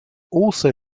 also